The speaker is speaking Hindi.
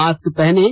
मास्क पहनें